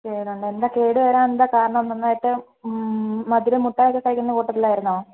കേടുണ്ട് എന്താ കേട് വരാന് എന്താണ് കാരണം നന്നായിട്ട് മധുരം മിഠായി ഒക്കെ കഴിക്കുന്ന കൂട്ടത്തിലായിരുന്നോ